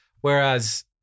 whereas